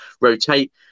rotate